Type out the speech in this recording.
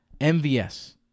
MVS